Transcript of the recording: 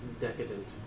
decadent